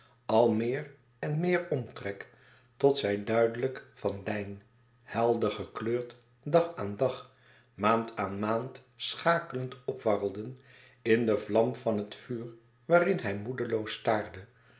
al meer en meer omtrek tot zij duidelijk van lijn helder gekleurd dag aan dag maand aan maand schakelend opwarrelden in de vlam van het vuur waarin hij moedeloos staarde